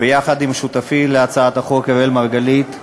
יחד עם שותפי אראל מרגלית,